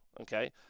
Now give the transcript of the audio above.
okay